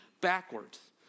backwards